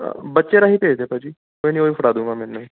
ਬੱਚੇ ਰਾਂਹੀ ਭੇਜ ਦਿਓ ਭਾਅ ਜੀ ਕੋਈ ਨਹੀਂ ਉਹੀ ਫੜਾ ਦਊਗਾ ਮੈਨੂੂੰ